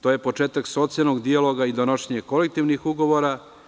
To je početak socijalnog dijaloga i donošenje kolektivnih ugovora.